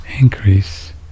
increase